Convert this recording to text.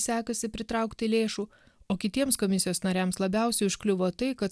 sekasi pritraukti lėšų o kitiems komisijos nariams labiausiai užkliuvo tai kad